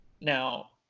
Now